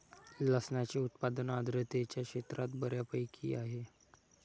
लसणाचे उत्पादन आर्द्रतेच्या क्षेत्रात बऱ्यापैकी आहे